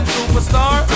Superstar